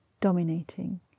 dominating